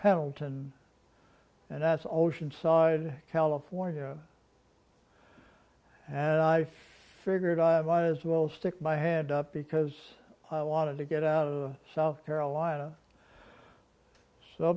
pendleton and as oceanside california and i figured i might as well stick my head up because i wanted to get out of the south carolina so